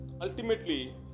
ultimately